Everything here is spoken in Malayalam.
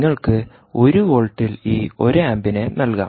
നിങ്ങൾക്ക് 1 വോൾട്ടിൽ ഈ 1 ആമ്പിനെ നൽകാം